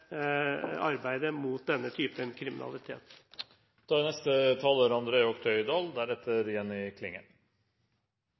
arbeidet mot denne typen kriminalitet.